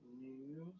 news